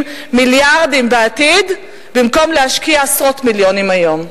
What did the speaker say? מיליארדים בעתיד במקום להשקיע עשרות מיליונים היום.